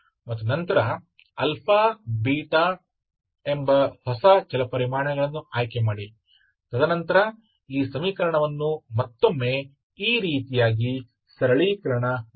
ಮತ್ತು ನಂತರ α β ಎಂಬ ಹೊಸ ಚಲಪರಿಮಾಣಗಳನ್ನು ಆಯ್ಕೆ ಮಾಡಿ ತದನಂತರ ಈ ಸಮೀಕರಣವನ್ನು ಮತ್ತೊಮ್ಮೆ ಈ ರೀತಿಯಾಗಿ ಸರಳೀಕರಣ ಮಾಡಿ